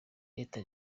leta